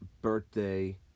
birthday